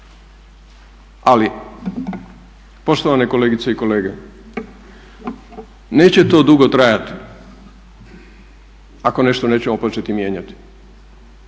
Ali poštovane kolegice i kolege, neće to dugo trajati ako nešto nećemo početi mijenjati